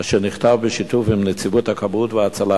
אשר נכתב בשיתוף עם נציבות הכבאות וההצלה.